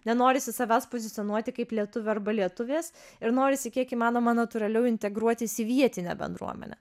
nenorisi savęs pozicionuoti kaip lietuvio arba lietuvės ir norisi kiek įmanoma natūraliau integruotis į vietinę bendruomenę